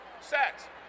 Set